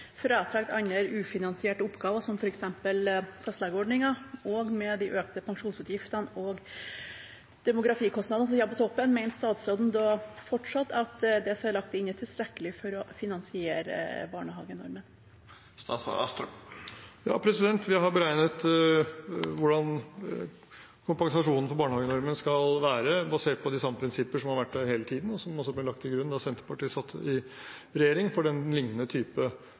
andre ufinansierte oppgaver, som f.eks. fastlegeordningen, og med de økte pensjonsutgiftene og demografikostnadene som kommer på toppen, er tilstrekkelig til å finansiere barnehagenormen? Vi har beregnet hvordan kompensasjonen for barnehagenormen skal være, basert på de samme prinsippene som har vært der hele tiden, og som ble lagt til grunn da Senterpartiet satt i regjering, for lignende